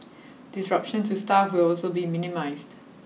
disruption to staff will also be minimised